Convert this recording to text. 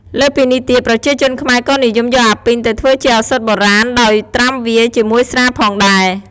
លើសពីនេះទៀត ប្រជាជនខ្មែរក៏និយមយកអាពីងទៅធ្វើជាឧសថបុរាណ ដោយត្រាំវាជាមួយស្រាផងដែរ។